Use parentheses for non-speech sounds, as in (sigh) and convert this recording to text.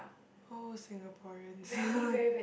whole Singaporeans (laughs)